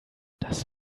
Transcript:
das